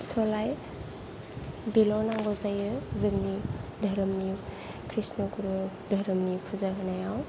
सलाइ बेल' नांगौ जायो जोंनि धोरोमनि कृष्ण गुरु धोरोमनि फुजा होनायाव